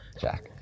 Jack